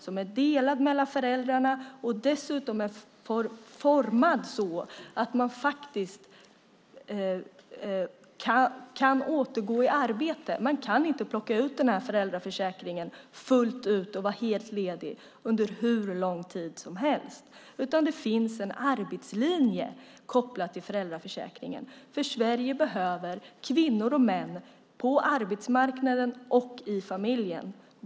Den är delad mellan föräldrarna och dessutom utformad så att man faktiskt kan återgå i arbete. Man kan inte plocka ut den här föräldraförsäkringen fullt ut och vara helt ledig under hur lång tid som helst, utan det finns en arbetslinje kopplad till föräldraförsäkringen. Sverige behöver nämligen kvinnor och män på arbetsmarknaden och i familjen.